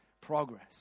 progress